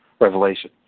Revelation